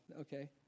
okay